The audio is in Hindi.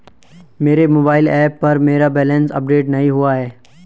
मेरे मोबाइल ऐप पर मेरा बैलेंस अपडेट नहीं हुआ है